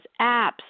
apps